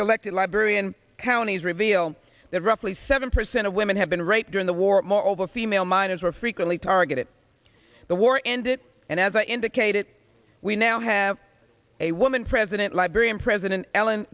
selected liberian counties reveal that roughly seven percent of women have been raped during the war moreover female minors were frequently targeted the war ended and as i indicated we now have a woman president liberian president ellen